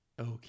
Okay